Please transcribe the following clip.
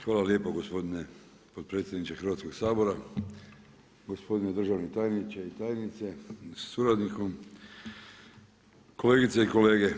Hvala lijepo gospodine potpredsjedniče Hrvatskoga sabora, gospodine državni tajniče i tajnice sa suradnikom, kolegice i kolege.